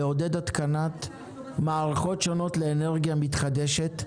לעודד התקנת מערכות שונות לאנרגיה מתחדשת.